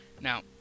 Now